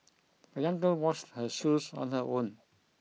the young girl washed her shoes on her own